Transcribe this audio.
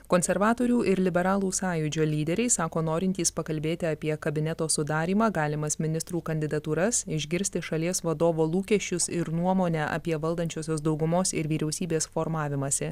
konservatorių ir liberalų sąjūdžio lyderiai sako norintys pakalbėti apie kabineto sudarymą galimas ministrų kandidatūras išgirsti šalies vadovo lūkesčius ir nuomonę apie valdančiosios daugumos ir vyriausybės formavimąsi